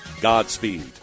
Godspeed